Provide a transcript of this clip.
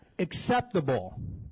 acceptable